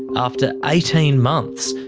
after eighteen months,